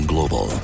Global